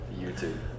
YouTube